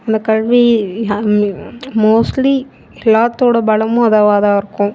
அந்த கல்வி மோஸ்ட்லி எல்லாத்தோட பலமும் அதுவாகதான் இருக்கும்